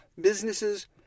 businesses